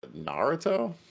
Naruto